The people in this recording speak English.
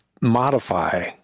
modify